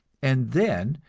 and then,